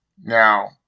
Now